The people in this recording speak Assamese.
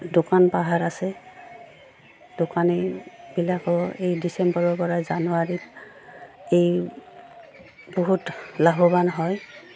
দোকান পাহাৰ আছে দোকানীবিলাকো এই ডিচেম্বৰৰ পৰা জানুৱাৰীত এই বহুত লাভৱান হয়